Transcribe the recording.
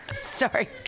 sorry